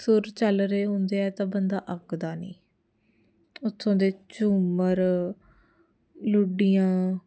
ਸੁਰ ਚੱਲ ਰਹੇ ਹੁੰਦੇ ਆ ਤਾਂ ਬੰਦਾ ਅੱਕਦਾ ਨਹੀਂ ਓਥੋਂ ਦੇ ਝੂਮਰ ਲੁੱਡੀਆਂ